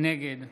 נגד